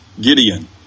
Gideon